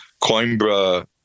Coimbra